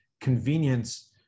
convenience